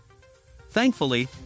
Thankfully